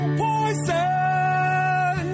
poison